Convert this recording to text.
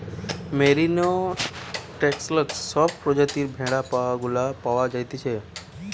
merino, Texel সব প্রজাতির ভেড়া গুলা পাওয়া যাইতেছে